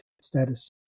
status